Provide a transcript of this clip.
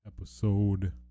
episode